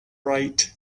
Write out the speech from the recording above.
right